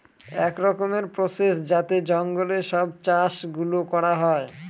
এক রকমের প্রসেস যাতে জঙ্গলে সব চাষ গুলো করা হয়